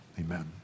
Amen